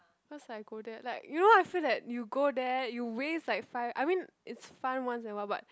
cause like go there like you know I feel that you go there you waste like five I mean is fun once in a while but